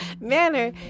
manner